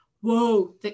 whoa